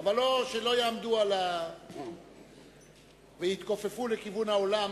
אבל שלא יעמדו ויתכופפו לכיוון האולם.